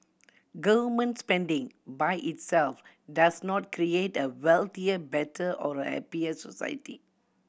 government spending by itself does not create a wealthier better or a happier society